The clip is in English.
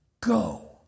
Go